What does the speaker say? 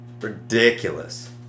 Ridiculous